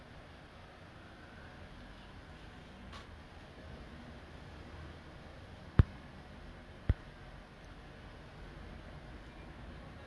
ya like that kind of his storyline was very interesting and I I just happened to be that vijay was acting in it and he actually did a good job so I I like like vijay a lot lah